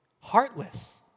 Heartless